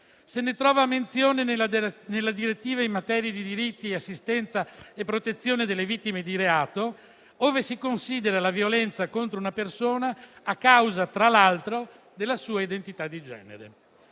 se ne trova menzione nella direttiva in materia di diritti di assistenza e protezione delle vittime di reato, ove si considera la violenza contro una persona a causa, tra l'altro, della sua identità di genere.